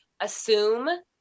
assume